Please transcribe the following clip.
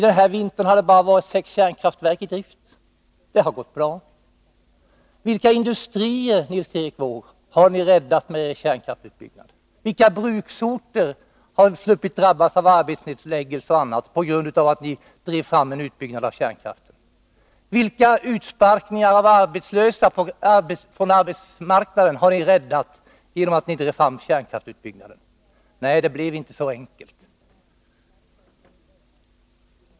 Den här vintern har det bara varit sex kärnkraftverk i drift. Det har gått bra. Vilka industrier, Nils Erik Wååg, har ni räddat med kärnkraftsutbyggnad? Vilka bruksorter har sluppit drabbas av arbetsnedläggelser och annat genom att ni drev fram en utbyggnad av kärnkraften? Vilka utsparkningar från arbetsmarknaden har ni förhindrat genom att ni drev fram kärnkraftsutbyggnaden? Nej, det blir inte så enkelt.